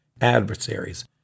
adversaries